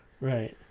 right